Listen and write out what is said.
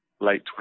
late